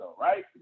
right